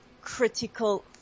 critical